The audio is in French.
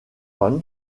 est